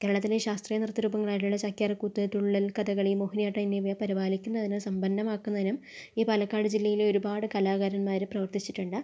കേരളത്തിലെ ശാസ്ത്രീയ നൃത്തരൂപങ്ങളായിട്ടുള്ള ചാക്യാർകൂത്ത് തുള്ളൽ കഥകളി മോഹിനിയാട്ടം എന്നിവയെ പരിപാലിക്കുന്നതിനും സമ്പന്നമാക്കുന്നതിനും ഈ പാലക്കാട് ജില്ലയിലെ ഒരുപാട് കലാകാരന്മാര് പ്രവർത്തിച്ചിട്ടുണ്ട്